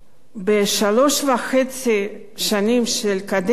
בשלוש וחצי השנים של הקדנציה הזאת